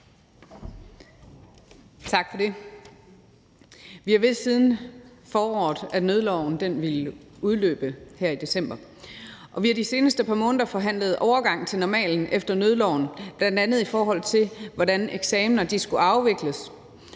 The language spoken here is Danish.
Tak for det. Vi har vidst siden foråret, at nødloven ville udløbe her i december, og vi har de seneste par måneder forhandlet overgangen til normalen efter nødloven, bl.a. i forhold til hvordan eksamener skulle afvikles,